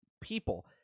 people